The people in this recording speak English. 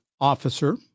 officer